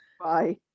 Bye